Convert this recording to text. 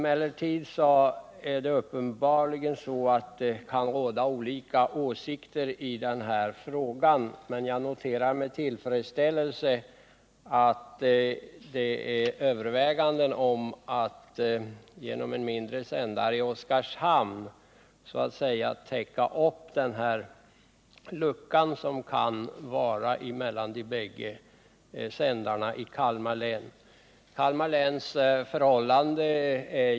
Det är dock uppenbarligen så att det kan råda olika åsikter i den här frågan. Jag noterar med tillfredsställelse att man överväger att genom en mindre sändare i Oskarshamn täcka den lucka som kan finnas mellan de bägge sändarna i Kalmar län.